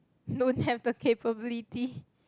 don't have the capability